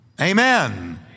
Amen